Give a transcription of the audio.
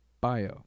bio